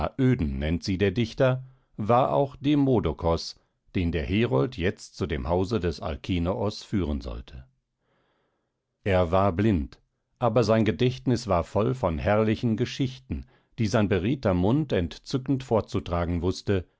aöden nennt sie der dichter war auch demodokos den der herold jetzt zu dem hause des alkinoos führen sollte er war blind aber sein gedächtnis war voll von herrlichen geschichten die sein beredter mund entzückend vorzutragen wußte